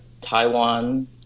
Taiwan